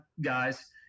guys